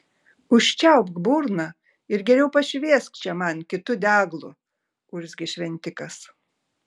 užčiaupk burną ir geriau pašviesk čia man kitu deglu urzgė šventikas